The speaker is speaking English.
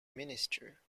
minister